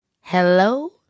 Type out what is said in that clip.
hello